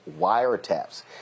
wiretaps